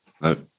No